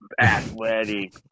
athletic